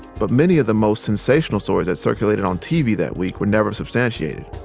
but many of the most sensational stories that circulated on tv that week were never substantiated.